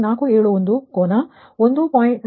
471 ಕೋನ 175